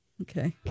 Okay